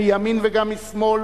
מימין וגם משמאל,